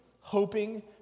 hoping